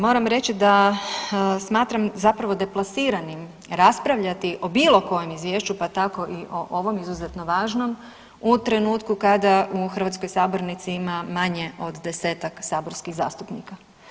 Moram reći da smatram zapravo deplasiranim raspravljati o bilo kojem izvješću pa tako i o ovom izuzetno važnom u trenutku kada u hrvatskom sabornici ima manje od desetak saborskih zastupnika.